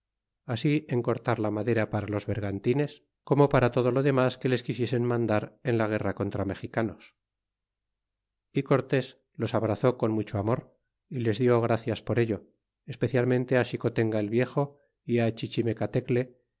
así en cortar la madera para los vergantines como para todo lo demas que les quisiesen mandar en la guerra contra mexicanos é cortés los abrazó con mucho amor y les di gracias por ello especialmente xicotenga el viejo y